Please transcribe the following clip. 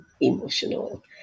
emotional